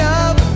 up